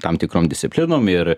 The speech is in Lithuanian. tam tikrom disciplinom ir